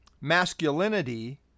masculinity